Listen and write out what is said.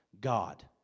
God